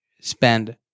spend